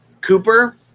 Cooper